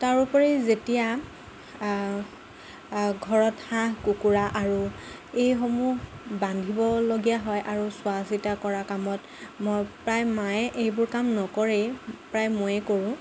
তাৰ উপৰি যেতিয়া ঘৰত হাঁহ কুকুৰা আৰু এইসমূহ বান্ধিবলগীয়া হয় আৰু চোৱা চিতা কৰা কামত মই প্ৰায় মায়ে এইবোৰ কাম নকৰেই প্ৰায় ময়েই কৰোঁ